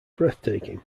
breathtaking